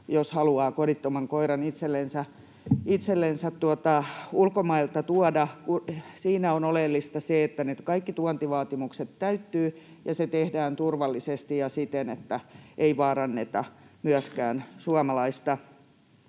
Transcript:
jos haluaa kodittoman koiran itsellensä ulkomailta tuoda. Siinä on oleellista se, että kaikki tuontivaatimukset täyttyvät ja se tehdään turvallisesti ja siten, että ei vaaranneta myöskään suomalaisten